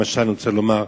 למשל, אני רוצה לומר: